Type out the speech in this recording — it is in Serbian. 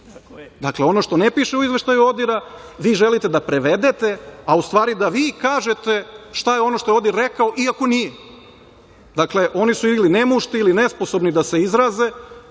Dakle, ono što ne piše u izveštaju ODIHR, vi želite da prevedete, a u stvari da vi kažete šta je ono što je ODIHR rekao iako nije. Dakle, oni su ili nemušti ili nesposobni da se izraze,